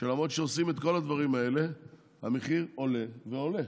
שלמרות שעושים את כל הדברים האלה המחיר עולה ועולה.